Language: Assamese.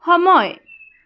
সময়